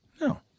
No